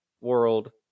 world